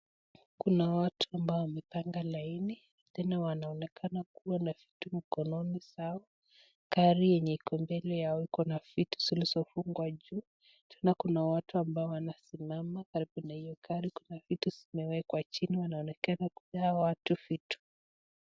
Kuna watu ambao wamepanga laini tena wanaonekana kuwa na vitu mikononi zao, gari yenye iko mbele yao kuna vitu zilizofungwa juu tena kuna watu ambao wanasimamia karibu na hiyo gari, kuna vitu zimewekwa chini wanaonekana kupea hawa watu vitu.